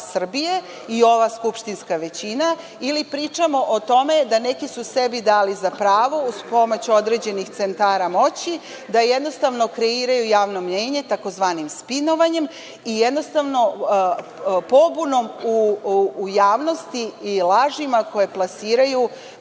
i ova skupštinska većina ili pričamo o tome da su neki sebi dali za pravo uz pomoć određenih centara moći da jednostavno kreiraju javno mnenje tzv. spinovanjem i jednostavno pobunom javnosti i lažima koje plasiraju